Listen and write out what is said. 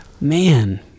Man